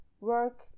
work